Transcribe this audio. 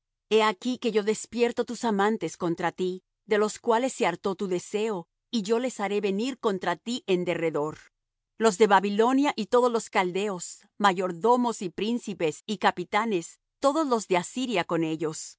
he aquí que yo despierto tus amantes contra ti de los cuales se hartó tu deseo y yo les haré venir contra ti en derredor los de babilonia y todos los caldeos mayordomos y príncipes y capitanes todos los de asiria con ellos